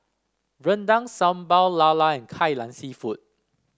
rendang Sambal Lala and Kai Lan seafood